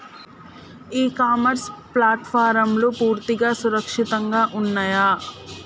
ఇ commerce ప్లాట్ఫారమ్లు పూర్తిగా సురక్షితంగా ఉన్నయా?